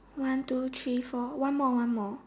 one two three four one more one more